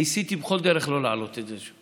ניסיתי בכל דרך לא להעלות את זה.